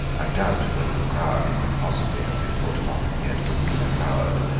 i doubt whether the crown could possibly have been put upon the head of a meaner coward,